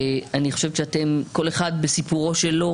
ואני חושבת שכל אחד בסיפורו שלו